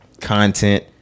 content